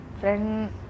Friend